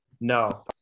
No